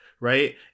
Right